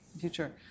future